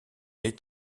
est